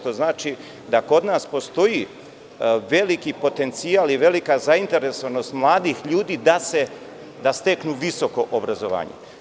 To znači da kod nas postoji veliki potencijal i velika zainteresovanost mladih ljudi da steknu visoko obrazovanje.